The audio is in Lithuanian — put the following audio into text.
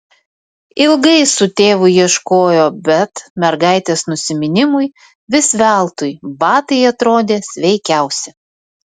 ilgai su tėvu ieškojo bet mergaitės nusiminimui vis veltui batai atrodė sveikiausi